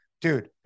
Dude